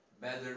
better